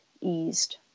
eased